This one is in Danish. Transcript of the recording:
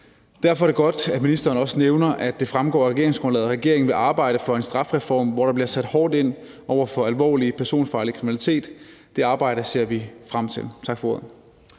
Derfor er det godt, at ministeren også nævner, at det fremgår af regeringsgrundlaget, at regeringen vil arbejde for en strafreform, hvor der bliver sat hårdt ind over for alvorlig personfarlig kriminalitet. Det arbejde ser vi frem til. Tak for ordet.